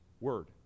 word